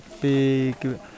big